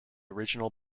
original